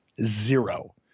Zero